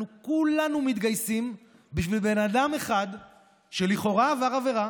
אנחנו כולנו מתגייסים בשביל בן אדם אחד שלכאורה עבר עבירה